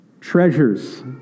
treasures